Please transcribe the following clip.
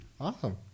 Awesome